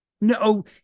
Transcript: no